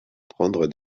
prendre